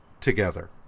together